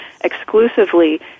exclusively